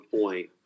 point